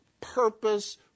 purpose